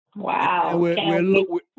Wow